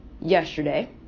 yesterday